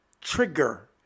trigger